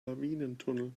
lawinentunnel